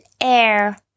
air